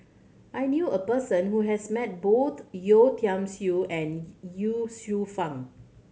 I knew a person who has met both Yeo Tiam Siew and Ye Shufang